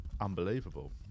unbelievable